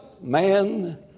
man